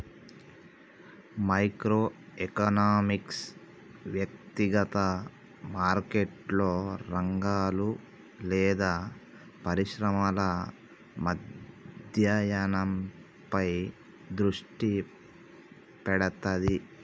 micro economics వ్యక్తిగత మార్కెట్లు, రంగాలు లేదా పరిశ్రమల అధ్యయనంపై దృష్టి పెడతది